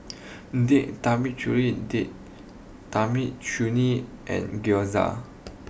date Tamarind date Tamarind Chutney and Gyoza